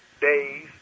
days